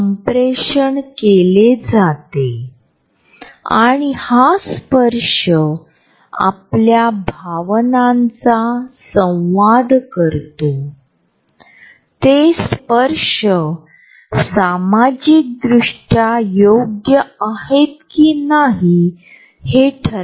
थेट नजरांचा संपर्क आपल्याला समजण्यास मदत करतो की आम्ही अद्याप अदृश्य फुगा अखंड ठेवत आहोत